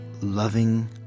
loving